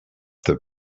the